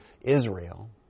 Israel